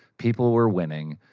people were winning.